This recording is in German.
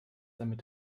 damit